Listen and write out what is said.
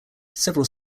several